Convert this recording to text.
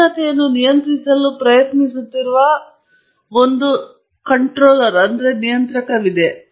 ಉಷ್ಣತೆಯನ್ನು ನಿಯಂತ್ರಿಸಲು ಪ್ರಯತ್ನಿಸುತ್ತಿರುವ ಒಂದು ನಿಯಂತ್ರಕವಿದೆ